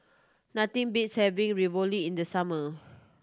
nothing beats having Ravioli in the summer